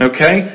Okay